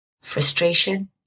Frustration